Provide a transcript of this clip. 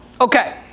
okay